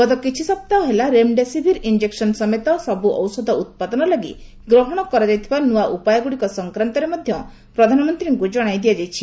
ଗତ କିଛି ସପ୍ତାହ ହେଲା ରେମଡେସିଭିର ଇଞ୍ଜେକସନ ସମେତ ସବୁ ଔଷଧ ଉତ୍ପାଦନ ଲାଗି ଗ୍ରହଣ କରାଯାଇଥିବା ନୂଆ ଉପାୟଗୁଡିକ ସଂକ୍ରାନ୍ତରେ ମଧ୍ୟ ପ୍ରଧାନମନ୍ତ୍ରୀଙ୍କୁ ଜଣାଇ ଦିଆଯାଇଛି